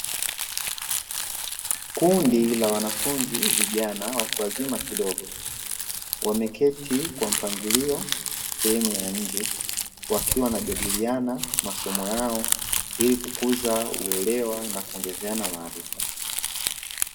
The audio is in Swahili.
Kundi la wanafunzi vijana watu wazima kidogo wameketi kwa mpangilio sehemu ya nje, wakiwa wanajadiliana masomo yao ili kukuza uelewa na kuongezeana maarifa.